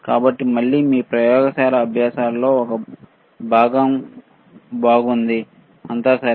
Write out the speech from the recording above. కాబట్టి మళ్ళీ మీ మంచి ప్రయోగశాల అభ్యాసాలలో ఒక భాగం బాగుంది అంతా సరే